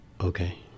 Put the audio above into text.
Okay